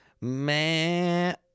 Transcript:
Man